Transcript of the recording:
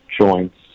joints